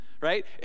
right